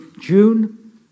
June